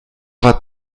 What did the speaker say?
war